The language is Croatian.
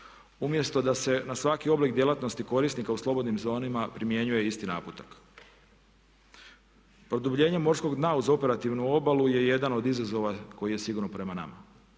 umjesto da se na svaki oblik djelatnosti korisnika u slobodnim zonama primjenjuje isti naputak. Produbljenjem morskog dna uz operativnu obalu je jedan od izazova koji je sigurno prema nama.